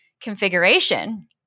configuration